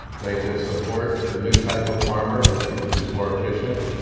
they could support the new type of farmer who's who's more efficient,